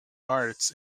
arts